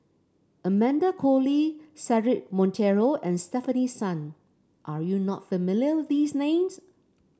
Amanda Koe Lee Cedric Monteiro and Stefanie Sun are you not familiar with these names